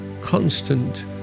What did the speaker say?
constant